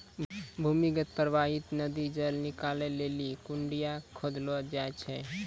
भूमीगत परबाहित नदी जल निकालै लेलि कुण्यां खोदलो जाय छै